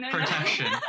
protection